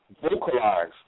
vocalize